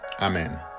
Amen